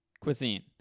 Cuisine